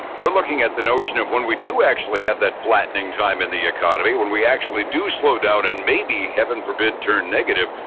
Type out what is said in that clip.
we're looking at the notion of when we do actually have that flattening time in the economy, when we actually do slow down and maybe, heaven forbid, turn negative,